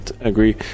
agree